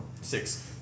Six